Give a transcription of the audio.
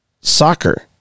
soccer